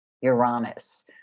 Uranus